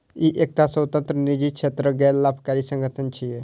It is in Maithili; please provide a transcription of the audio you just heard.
ई एकटा स्वतंत्र, निजी क्षेत्रक गैर लाभकारी संगठन छियै